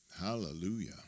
Hallelujah